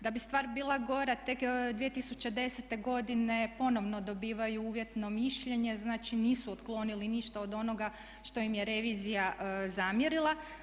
Da bi stvar bila gora tek 2010. ponovno dobivaju uvjetno mišljenje, znači nisu otklonili ništa od onoga što im je revizija zamjerila.